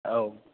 औ